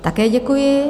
Také děkuji.